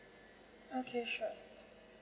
okay sure